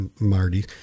Marty